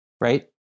right